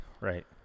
Right